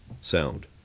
sound